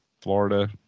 Florida